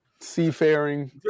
seafaring